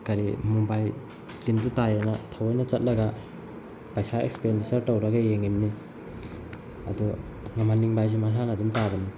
ꯀꯔꯤ ꯃꯨꯝꯕꯥꯏ ꯇꯤꯝꯁꯨ ꯇꯥꯏꯌꯦꯅ ꯊꯑꯣꯏꯅ ꯆꯠꯂꯒ ꯄꯩꯁꯥ ꯑꯦꯛꯁꯄꯦꯟꯗꯤꯆꯔ ꯇꯧꯔꯒ ꯌꯦꯡꯉꯤꯕꯅꯤ ꯑꯗꯨ ꯉꯝꯍꯟꯅꯤꯡꯕ ꯍꯥꯏꯁꯦ ꯃꯁꯥꯅ ꯑꯗꯨꯝ ꯇꯥꯕꯅꯤ